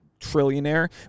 trillionaire